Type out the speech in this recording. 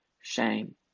shame